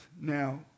now